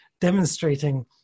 demonstrating